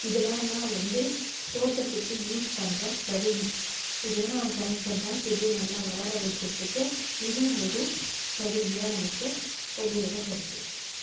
இதெலாம்தான் வந்து தோட்டத்துக்கு யூஸ் பண்ணுற கருவி இதெலாம் நம்ம பயன்படுத்திதான் செடியை நல்லா வளர வைக்கிறதுக்கு இதுவும் ஒரு கருவியாக நமக்கு உபயோகப்படுது